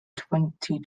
twenty